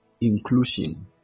inclusion